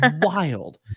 wild